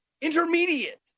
intermediate